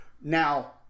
Now